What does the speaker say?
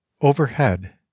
Overhead